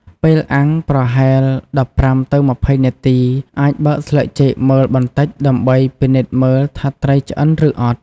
ពេលអាំងប្រហែល ១៥ ទៅ ២០ នាទី អាចបើកស្លឹកចេកមើលបន្តិចដើម្បីពិនិត្យមើលថាត្រីឆ្អិនឬអត់។